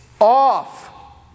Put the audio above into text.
off